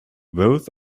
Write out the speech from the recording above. both